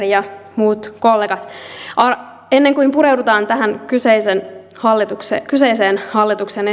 ja muut kollegat ennen kuin pureudutaan tähän kyseiseen hallituksen kyseiseen hallituksen